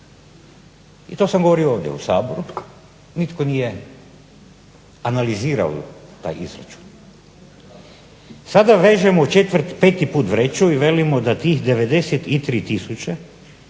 I to sam govorio ovdje u Saboru, nitko nije analizirao taj izračun. Sada vežemo peti put vreću i velimo da tih 93 tisuće